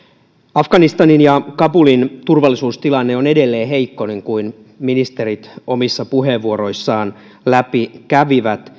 afganistanin ja kabulin turvallisuustilanne on edelleen heikko niin kuin ministerit omissa puheenvuoroissaan läpi kävivät